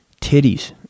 Titties